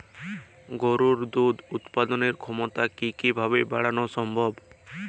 গরুর দুধ উৎপাদনের ক্ষমতা কি কি ভাবে বাড়ানো সম্ভব?